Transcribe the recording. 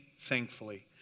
thankfully